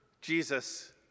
Jesus